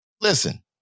Listen